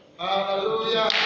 Hallelujah